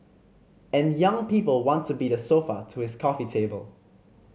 and young people want to be the sofa to his coffee table